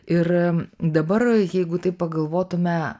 ir dabar jeigu taip pagalvotume